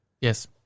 yes